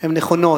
הן נכונות,